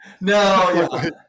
no